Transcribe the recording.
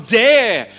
dare